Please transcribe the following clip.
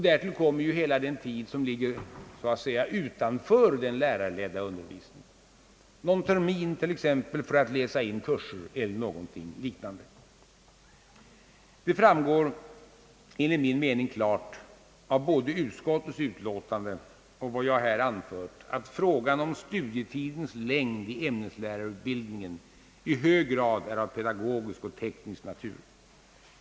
Därtill kommer ju hela den tid som så att säga ligger utanför den lärarledda undervisningen — t.ex. någon termin för att läsa in kurser eller något liknande. Det framgår enligt min mening klart både av utskottsutlåtandet och av vad jag här anfört, att frågan om studietidens längd i ämneslärarutbildningen i hög grad är av pedagogisk och teknisk natur.